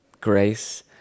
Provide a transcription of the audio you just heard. grace